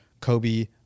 Kobe